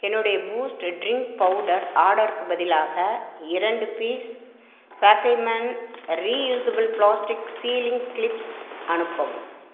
என்னுடைய boost drink powder ஆர்டருக்குப் பதிலாக இரண்டு பீஸ் ஃபாக்கெல்மேன் ரீயூஸபிள் ப்ளாஸ்டிக் சீலிங் க்ளிப்ஸ் அனுப்பவும்